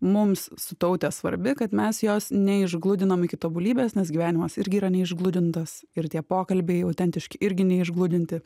mums su taute svarbi kad mes jos neišgludinam iki tobulybės nes gyvenimas irgi yra neišgludintas ir tie pokalbiai autentiški irgi neišgludinti